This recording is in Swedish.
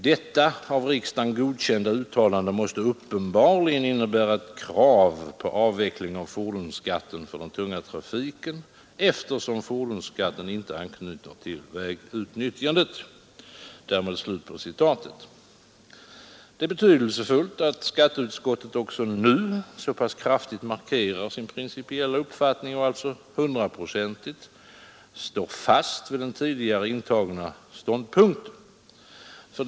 Detta av riksdagen godkända uttalande måste uppenbarligen innebära ett krav på avveckling av fordonsskatten för den tunga trafiken, eftersom fordonsskatten inte anknyter till vägutnyttjandet.” Det är betydelsefullt att skatteutskottet också nu så pass kraftigt markerar sin principiella uppfattning och alltså hundraprocentigt står fast vid den tidigare intagna ståndpunkten.